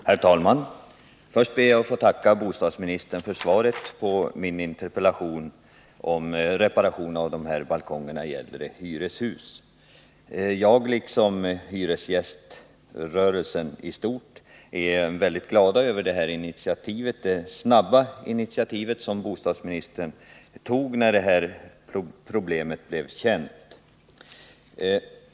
Herr talman! Först ber jag att få tacka bostadsministern för svaret på min interpellation om reparation av balkonger i äldre hyreshus. Jag, liksom hyresgäströrelsen i stort, är mycket glad över det snabba initiativ som bostadsministern tog när detta problem blev känt.